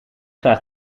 graag